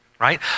Right